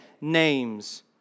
names